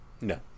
No